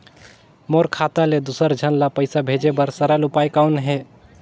मोर खाता ले दुसर झन ल पईसा भेजे बर सरल उपाय कौन हे?